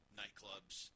nightclubs